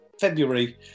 February